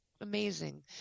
amazing